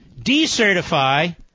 Decertify